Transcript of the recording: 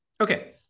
okay